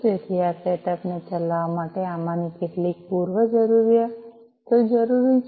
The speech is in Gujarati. તેથી આ સેટઅપ ને ચલાવવા માટે આમાંની કેટલીક પૂર્વજરૂરીયાતો જરૂરી છે